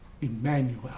Emmanuel